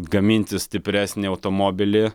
gaminti stipresnį automobilį